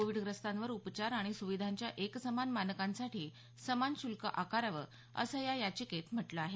कोविडग्रस्तांवर उपचार आणि सुविधांच्या एकसमान मानकांसाठी समान शुल्क आकारावं असं या याचिकेत म्हटलं आहे